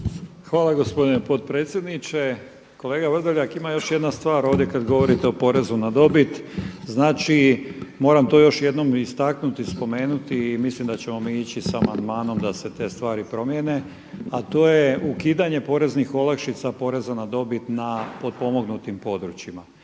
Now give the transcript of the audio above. Hvala gospodine potpredsjedniče. Kolega Vrdoljak, ima još jedna stvar ovdje kad govorite o porezu na dobit. Znači, moram to još jednom istaknuti, spomenuti i mislim da ćemo mi ići sa amandmanom da se te stvari promijene, a to je ukidanje poreznih olakšica poreza na dobit na potpomognutim područjima.